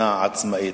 צריך להתפלל מנחה.